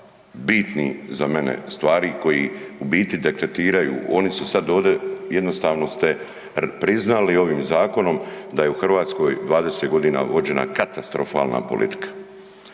bitnih, za mene, stvari koji u biti detektiraju, oni su sad ovdje, jednostavno ste priznali ovim zakonom da je u Hrvatskoj 20.g. vođena katastrofalna politika.